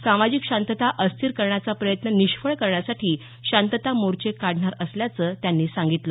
सामाजिक शांतता अस्थिर करण्याचा प्रयत्न निष्फळ करण्यासाठी शांतता मोर्चे काढणार असल्याचं त्यांनी सांगितलं